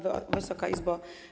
Wysoka Izbo!